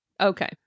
Okay